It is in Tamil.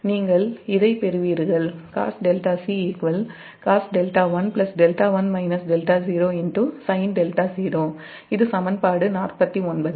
நீங்கள்இதைப்பெறுவீர்கள் இது சமன்பாடு 49